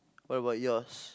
what about yours